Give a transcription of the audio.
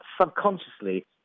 subconsciously